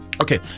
okay